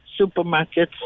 supermarkets